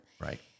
Right